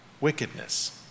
Wickedness